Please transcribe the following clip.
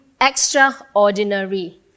extraordinary